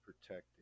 protected